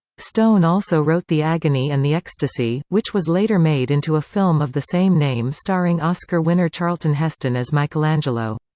stone also wrote the agony and the ecstasy, which was later made into a film of the same name starring oscar winner charlton heston as michelangelo.